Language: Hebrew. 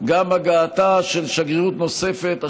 גם הגעתה של שגרירות נוספת לעיר,